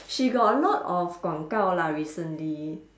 she got a lot of 广告：guang gao lah recently